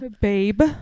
Babe